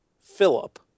Philip